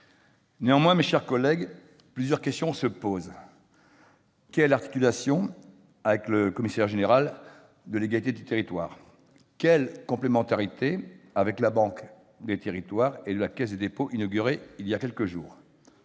Néanmoins, mes chers collègues, plusieurs questions se posent : quelle articulation avec le Commissariat général à l'égalité territoriale ? Quelle complémentarité avec la banque des territoires de la Caisse des dépôts et consignations, inaugurée il y a quelques jours ?